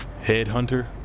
Headhunter